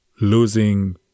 losing